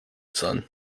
son